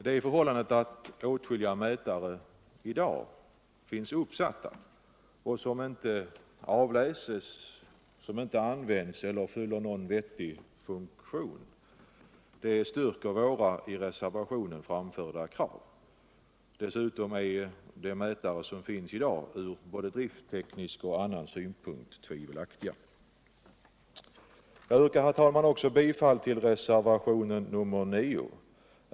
Det förhållandet att åtskilliga mätare finns uppsatta som inte avläses, används eller fyller någon vettig funktion styrker våra i reservationen framförda krav. Dessutom är de miitare som finns i dag ur både dritttekniska och andra synpunkter tvivelaktiga. Jag yrkar, herr talman. också bifall till reservationen 9.